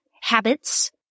habits